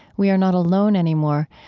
we are not alone any more.